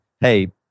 hey